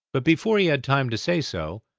but before he had time to say so,